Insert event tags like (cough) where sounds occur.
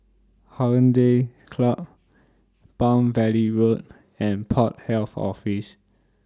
Hollandse Club Palm Valley Road (noise) and Port Health Office